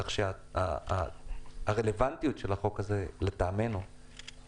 כך שהרלוונטיות של החוק הזה לטעמנו תלויה